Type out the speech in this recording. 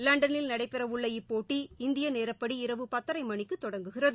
லண்டனில் நடைபெறவுள்ள இப்போட்டி இந்திய நேரப்படி இரவு பத்தரை மணிக்கு தொடங்குகிறது